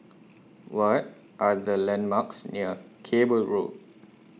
What Are The landmarks near Cable Road